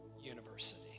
University